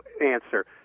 answer